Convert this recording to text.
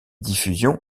diffusion